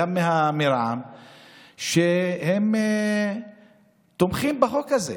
גם מרע"מ, תומכים בחוק הזה.